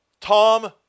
Tom